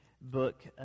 book